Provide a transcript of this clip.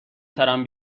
سرم